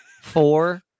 Four